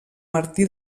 martí